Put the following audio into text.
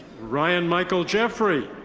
ryan michael jeffery.